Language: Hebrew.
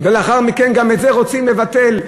ולאחר מכן גם את זה רוצים לבטל,